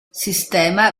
sistema